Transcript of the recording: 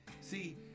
See